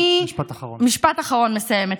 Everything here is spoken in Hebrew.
משפט אחרון, מסיימת.